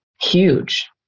huge